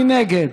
מי נגד?